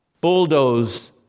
bulldoze